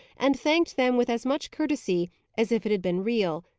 and thanked them with as much courtesy as if it had been real,